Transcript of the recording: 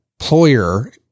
employer